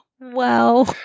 Wow